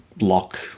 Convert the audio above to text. lock